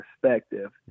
perspective